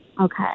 Okay